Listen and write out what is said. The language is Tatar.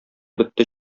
бетте